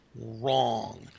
wrong